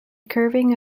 curving